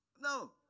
No